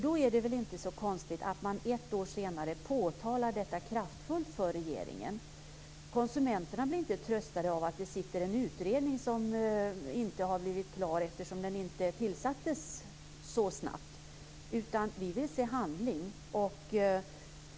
Då är det väl inte så konstigt att man ett år senare påtalar detta kraftfullt för regeringen. Konsumenterna blir inte tröstade av att det sitter en utredning som inte har blivit klar, eftersom den inte tillsattes så snabbt. Vi vill se handling.